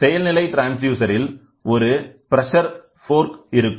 செயல் நிலை ட்ரான்ஸ்டியூசர் இல் ஒரு பிரஷர் போர்க் இருக்கும்